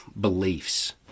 beliefs